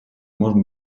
можно